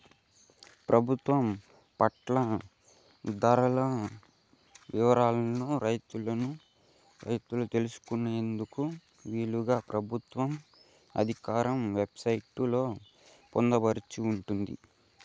ప్రభుత్వం పంట ధరల వివరాలను రైతులు తెలుసుకునేందుకు వీలుగా ప్రభుత్వ ఆధికారిక వెబ్ సైట్ లలో పొందుపరచబడి ఉంటాది